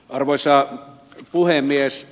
arvoisa puhemies